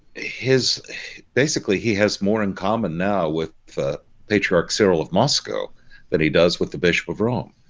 his basically he has more in common now with patriarch kirill of moscow that he does with the bishop of rome,